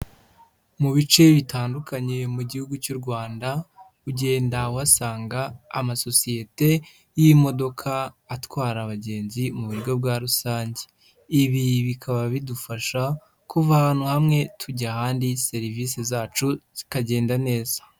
Mu bice bitandukanye mu gihugu cy'u Rwanda, ugenda uhasanga amasosiyete y'imodoka atwara abagenzi mu buryo bwa rusange, ibi bikaba bidufasha kuva ahantu hamwe tujya ahandi serivisi zacu zikagenda neza.